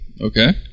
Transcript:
Okay